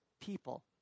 people